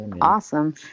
Awesome